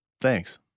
Thanks